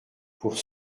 pour